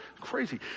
Crazy